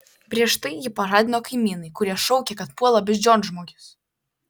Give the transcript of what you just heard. prieš tai jį pažadino kaimynai kurie šaukė kad puola beždžionžmogis